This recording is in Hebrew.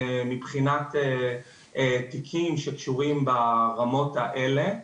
מבחינת תיקים שקשורים ברמות האלה,